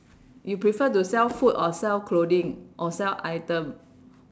you prefer to sell food or sell clothing or sell item